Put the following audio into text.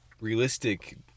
realistic